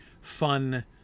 fun